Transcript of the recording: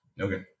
Okay